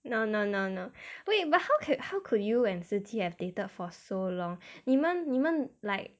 no no no no wait but how can how could you and shi qi have dated for so long 你们你们 like